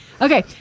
okay